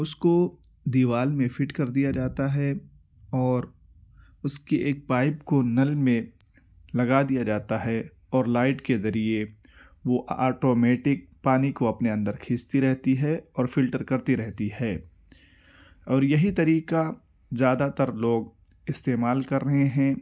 اس کو دیوار میں فٹ کر دیا جاتا ہے اور اس کے ایک پائپ کو نل میں لگا دیا جاتا ہے اور لائٹ کے ذریعے وہ آٹو میٹک پانی کو اپنے اندر کھینچتی رہتی اور فلٹر کرتی رہتی ہے اور یہی طریقہ زیادہ تر لوگ استعمال کر رہے ہیں